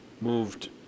moved